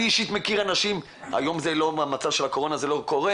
אני אישית מכיר אנשים במצב הקורונה זה לא קורה